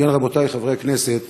כן, רבותי חברי הכנסת,